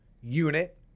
unit